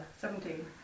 Seventeen